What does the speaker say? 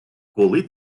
коли